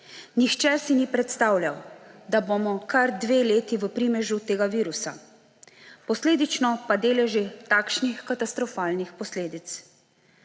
Nihče si ni predstavljal, da bomo kar dve leti v primežu tega virusa, posledično pa deležni takšnih katastrofalnih posledic.